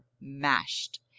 mashed